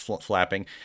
flapping